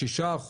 6%,